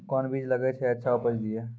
कोंन बीज लगैय जे अच्छा उपज दिये?